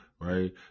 right